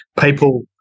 people